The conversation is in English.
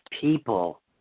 people